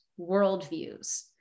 worldviews